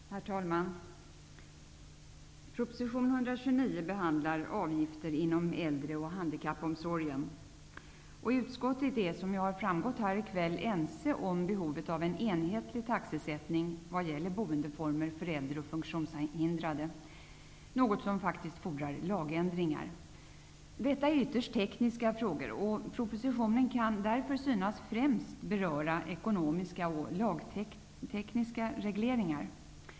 Herr talman! Proposition 129 behandlar avgifter inom äldre och handikappomsorgen. Utskottet är, som har framgått här i kväll, ense om behovet av en enhetlig taxesättning vad gäller boendeformer för äldre och funktionshindrade -- något som faktiskt fordrar lagändringar. Detta är ytterst tekniska frågor, och propositionen kan därför synas främst beröra ekonomiska och lagtekniska regleringar.